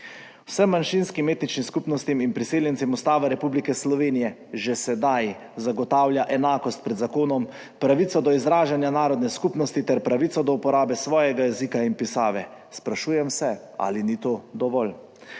Vsem manjšinskim etničnim skupnostim in priseljencem Ustava Republike Slovenije že sedaj zagotavlja enakost pred zakonom, pravico do izražanja narodne skupnosti ter pravico do uporabe svojega jezika in pisave. Sprašujem se, ali ni to dovolj.